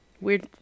Weird